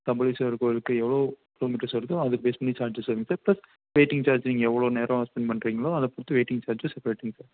கபாலீஷ்வரர் கோயில்க்கு எவ்வளோ கிலோமீட்டர்ஸ் வருதோ அதற்கு பேஸ் பண்ணி சார்ஜஸ் வருங்க சார் ப்ளஸ் வெய்ட்டிங் சார்ஜு நீங்கள் எவ்வளோ நேரம் ஸ்பென்ட் பண்ணுறிங்ளோ அதைப்பொறுத்து வெய்டிங் சார்ஜு செப்ரேட்டிங் சார்